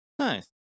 Nice